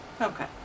Okay